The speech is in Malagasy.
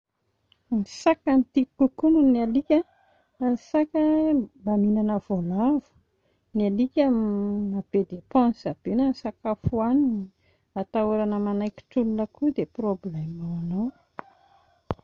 Ny saka no tiako kokoa noho ny alika fa ny saka mba mihinana voalavo, ny alika mahabe dépense be na ny sakafo hohaniny, hatahorana manaikitra olona koa dia problème ho anao